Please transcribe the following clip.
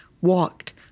walked